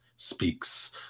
Speaks